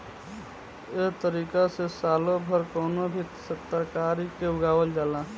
एह तारिका से सालो भर कवनो भी तरकारी के उगावल जाला